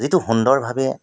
যিটো সুন্দৰভাৱে